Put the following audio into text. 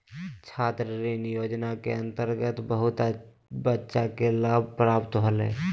छात्र ऋण योजना के अंतर्गत बहुत बच्चा के लाभ प्राप्त होलय